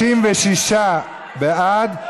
56 בעד,